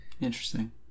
interesting